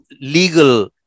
legal